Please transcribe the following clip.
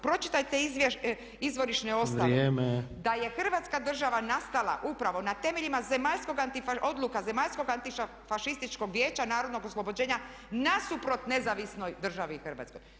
Pročitajte izvorišne osnove [[Upadica Tepeš: Vrijeme.]] Da je Hrvatska država nastala upravo na temeljima zemaljskog, odluka Zemaljskog antifašističkog vijeća narodnog oslobođenja nasuprot Nezavisnoj državi Hrvatskoj.